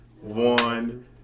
one